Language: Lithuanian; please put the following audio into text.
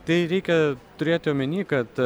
tai reikia turėti omeny kad